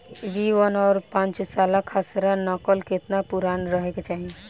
B one और पांचसाला खसरा नकल केतना पुरान रहे के चाहीं?